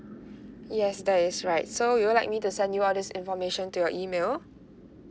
yes that is right so you would like me to send you all this information to your email